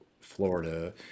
Florida